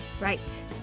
Right